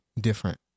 different